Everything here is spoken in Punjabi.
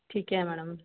ਠੀਕ ਹੈ ਮੈਡਮ